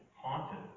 haunted